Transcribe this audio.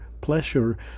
pleasure